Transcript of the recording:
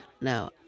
Now